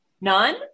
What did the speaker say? None